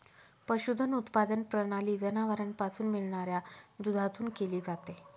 पशुधन उत्पादन प्रणाली जनावरांपासून मिळणाऱ्या दुधातून केली जाते